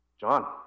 John